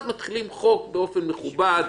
אז נוכל להתחיל את החוק באופן מכובד,